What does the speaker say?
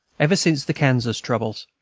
ever since the kansas troubles,